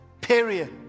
Period